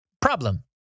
Problem